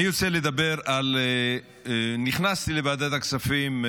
אני רוצה לדבר על, נכנסתי לוועדת הכספים.